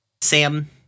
Sam